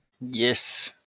Yes